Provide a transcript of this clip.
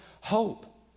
hope